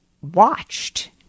watched